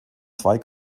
zwei